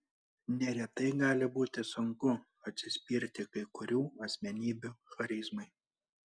neretai gali būti sunku atsispirti kai kurių asmenybių charizmai